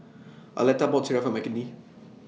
Arletta bought Sireh For Mckinley